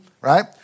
right